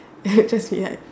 just say ya